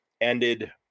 ended